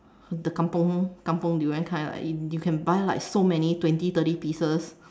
the kampung kampung durian kind like you can buy like so many twenty thirty pieces